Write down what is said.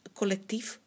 collectief